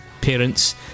parents